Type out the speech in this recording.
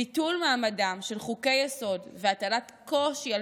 ביטול מעמדם של חוקי-היסוד והטלת קושי על